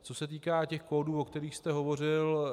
Co se týká těch kódů, o kterých jste hovořil.